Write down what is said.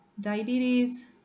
diabetes